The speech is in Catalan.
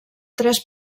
tres